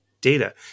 data